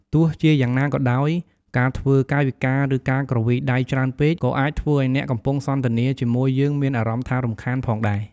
ទោះជាយ៉ាងណាក៏ដោយ ការធ្វើកាយវិការ ឬការគ្រវីដៃច្រើនពេកក៏អាចធ្វើឱ្យ អ្នកកំពុងសន្ទនាជាមួយយើងមានអារម្មណ៍ថារំខានផងដែរ។